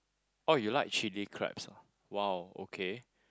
oh you like chili crabs ah !wow! okay